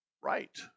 right